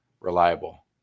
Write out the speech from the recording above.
reliable